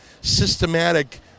systematic